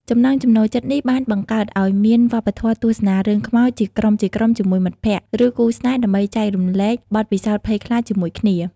ចំណង់ចំណូលចិត្តនេះបានបង្កើតឱ្យមាន វប្បធម៌ទស្សនារឿងខ្មោច ជាក្រុមៗជាមួយមិត្តភក្តិ ឬគូស្នេហ៍ដើម្បីចែករំលែកបទពិសោធន៍ភ័យខ្លាចជាមួយគ្នា។